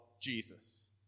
Jesus